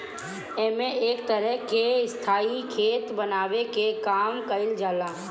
एमे एक तरह के स्थाई खेत बनावे के काम कईल जाला